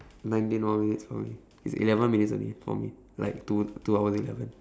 nineteen more minutes only it's eleven minutes only for me like two two hours eleven